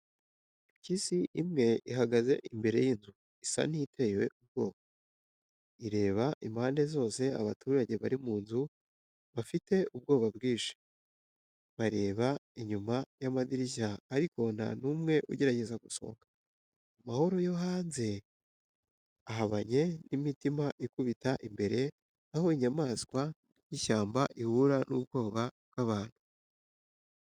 Impyisi imwe ihagaze imbere y’inzu, isa n’iteye ubwoba, ireba impande zose. Abaturage bari mu nzu bafite ubwoba bwinshi, bareba inyuma y’amadirishya ariko nta n’umwe ugerageza gusohoka. Amahoro yo hanze ahabanye n’imitima ikubita imbere, aho inyamaswa y’ishyamba ihura n’ubwoba bw’abantu.